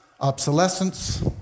obsolescence